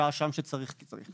שעה שם כשצריך כי צריך.